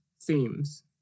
themes